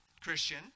Christian